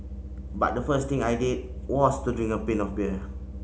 but the first thing I did was to drink a pint of beer